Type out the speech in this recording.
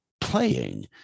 playing